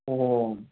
ꯑꯣ